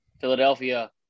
Philadelphia